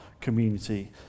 community